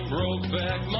Brokeback